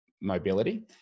mobility